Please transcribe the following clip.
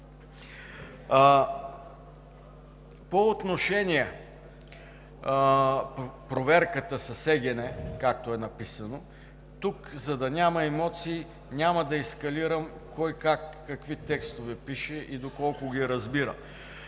По отношение проверката с ЕГН, както е написано тук, за да няма емоции, няма да ескалирам кой какви текстове пише и доколко ги разбира,